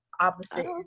opposite